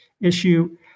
issue